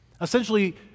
Essentially